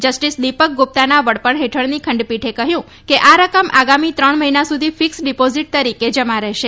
justice Deepak ગુપ્તાના વડપણ હેઠળની ખંડપીઠે કહ્યું કે આ રકમ આગામી ત્રણ મહિના સુધી ફિક્સ ડિપોઝીટ તરીકે જમા રહેશે